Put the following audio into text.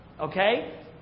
Okay